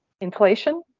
inflation